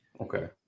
Okay